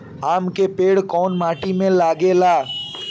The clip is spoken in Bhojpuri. आम के पेड़ कोउन माटी में लागे ला?